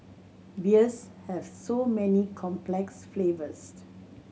beers have so many complex flavours